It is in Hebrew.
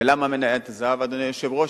ולמה מניית הזהב, אדוני היושב-ראש?